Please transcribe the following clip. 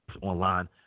online